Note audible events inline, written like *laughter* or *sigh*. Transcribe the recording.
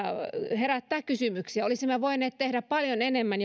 herättää kysymyksiä olisimme voineet tehdä paljon enemmän *unintelligible*